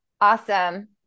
Awesome